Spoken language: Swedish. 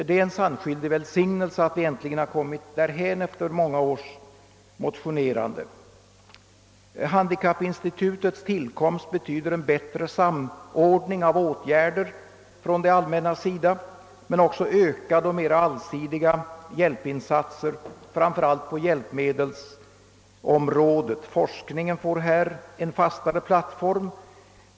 Det är en sannskyldig välsignelse att vi äntligen kommit dithän efter många års motionerande. Handikappinstitutets tillkomst betyder en bättre samordning av åtgärder från det allmännas sida men också ökade och mer allsidiga insatser framför allt på hjälpmedelsområdet. Forskningen får i institutet en fastare plattform.